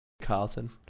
Carlton